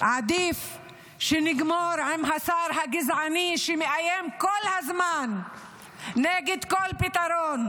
עדיף שנגמור עם השר הגזעני שמאיים כל הזמן נגד כל פתרון.